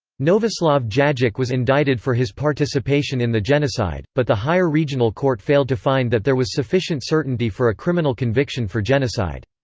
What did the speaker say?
novislav djajic was indicted for his participation in the genocide, but the higher regional court failed to find that there was sufficient certainty for a criminal conviction for genocide.